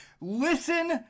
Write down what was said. listen